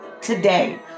today